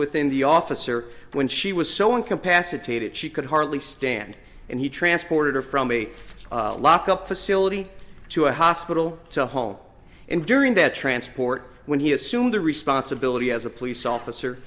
within the officer when she was so incapacitated she could hardly stand and he transported her from me lockup facility to a hospital to home and during that transport when he assumed the responsibility as a police officer